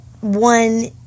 one